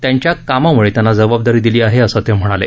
त्यांच्या कामामुळे त्यांना जबाबदारी दिली आहे असं ते म्हणाले